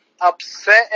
upset